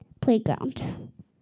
playground